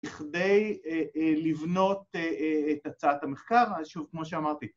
‫בכדי לבנות את הצעת המחקר, ‫אז שוב, כמו שאמרתי.